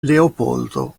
leopoldo